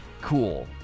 cool